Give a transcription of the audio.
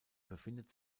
befindet